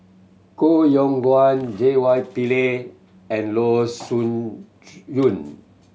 Koh Yong Guan J Y Pillay and Loo Choon Yong